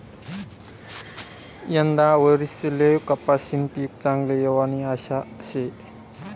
यंदाना वरीसले कपाशीनं पीक चांगलं येवानी आशा शे